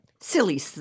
Silly